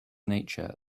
nature